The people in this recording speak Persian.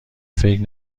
فکر